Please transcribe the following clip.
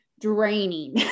draining